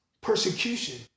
persecution